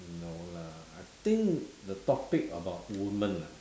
no lah I think the topic about woman ah